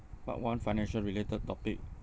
part one financial related topic